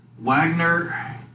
Wagner